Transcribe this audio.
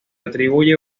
atribuye